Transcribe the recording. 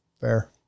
Fair